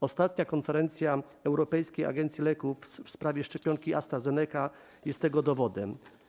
Ostatnia konferencja Europejskiej Agencji Leków w sprawie szczepionki AstraZeneca jest na to dowodem.